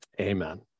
Amen